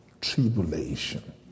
tribulation